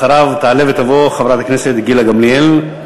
אחריו תעלה ותבוא חברת הכנסת גילה גמליאל,